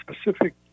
specific